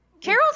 Carol